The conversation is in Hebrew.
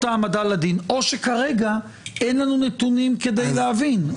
העמדה לדין או שכרגע אין לנו נתונים כדי להבין?